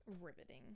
Riveting